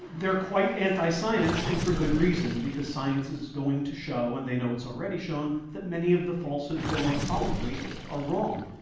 they are quite anti-science and for a good reason because science is going to show and they know it's already shown that many of the falsehoods they want to promulgate are wrong.